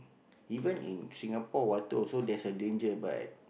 even in Singapore water also there's a danger but